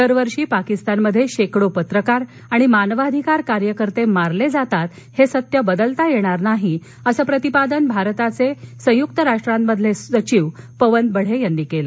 दरवर्षी पाकिस्तानमध्ये शेकडो पत्रकार आणि मानवाधिकार कार्यकर्ते मारले जातात हे सत्य बदलता येणार नाही असं प्रतिपादन भारताचे सचिव पवन बढे यांनी केलं